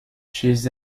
chez